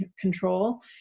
control